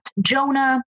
Jonah